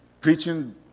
preaching